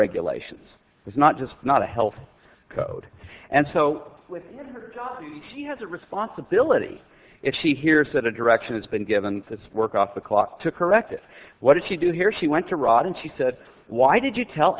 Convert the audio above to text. regulations is not just not a health code and so she has a responsibility if she hears that a direction has been given that's work off the clock to correct it what did she do here she went to rod and she said why did you tell